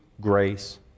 grace